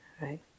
right